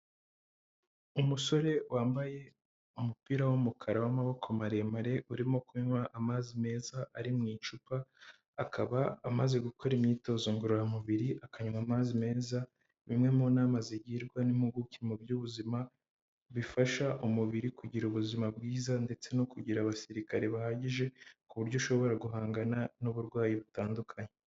Umusore wambaye umupira w'umukara w'amaboko maremare, urimo kunywa amazi meza ari mu icupa, akaba amaze gukora imyitozo ngororamubiri akanywa amazi meza, bimwe mu nama zigirwa n'impuguke mu by'ubuzima, bifasha umubiri kugira ubuzima bwiza ndetse no kugira abasirikare bahagije ku buryo ushobora guhangana n'uburwayi butandukanye.